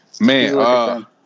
Man